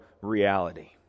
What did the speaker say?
reality